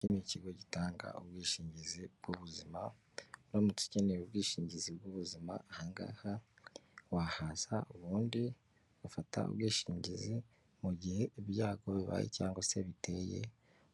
Iki ni ikigo gitanga ubwishingizi bw'ubuzima uramutse ukeneye ubwishingizi bw'ubuzima ,aha ngaha wahaza ubundi ugafata ubwishingizi mu gihe ibyago bibaye cyangwa se biteye